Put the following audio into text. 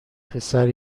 پسر